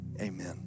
Amen